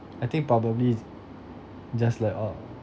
I think probably just like uh